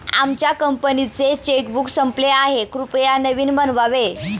आमच्या कंपनीचे चेकबुक संपले आहे, कृपया नवीन बनवावे